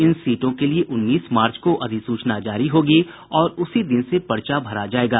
इन सीटों के लिए उन्नीस मार्च को अधिसूचना जारी होगी और उसी दिन से पर्चा भरा जाएगा